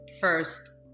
first